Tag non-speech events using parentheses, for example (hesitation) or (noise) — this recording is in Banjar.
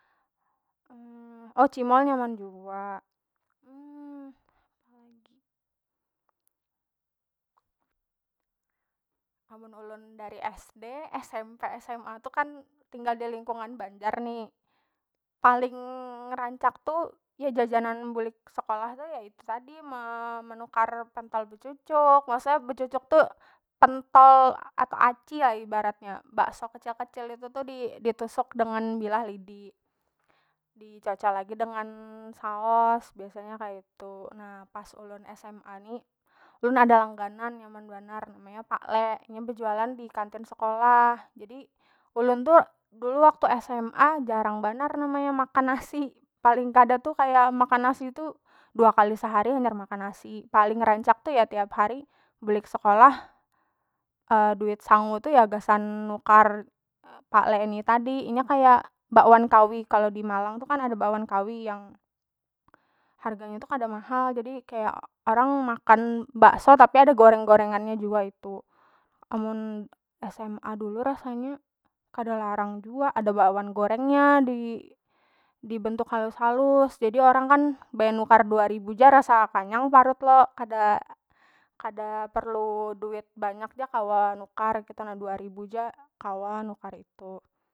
(hesitation) oh cimol nyaman jua (hesitation) apalagi amun ulun dari sd, smp, sma tu kan tinggal dilingkungan banjar ni paling rancak tu ya rancak jajanan bulik sekolah tu ya itu tadi ma manukar pentol becucuk maksudnya becucuk tu pentol atau aci ya ibaratnya bakso kecil- kecil itu tu ditusuk dengan bilah lidi dicocol lagi dengan saos biasanya kaitu na pas ulun sma ni ulun ada langganan nyaman banar namanya pak le inya bejualan di kantin sekolah jadi ulun tu dulu waktu sma jarang banar namanya makan nasi paling kada tu makan nasi tu dua kali sehari hanyar makan nasi paling rancak tu ya tiap hari bulik sekolah (hesitation) duit sangu tu ya gasan nukar pak le ini tadi inya kaya bakwan kawi kalo dimalang tu kan ada bakwan kawi yang harganya tu kada mahal jadi kaya orang makan bakso tapi ada goreng- gorengan nya jua itu amun sma dulu rasanya kada larang jua ada bakwan gorengnya di- dibentuk halus- halus jadi orang kan baya nukar dua ribu ja rasa kanyang parut lo kada- kada perlu duit banyak ja kawa nukar dua ribu ja kawa nukar itu.